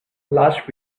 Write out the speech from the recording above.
last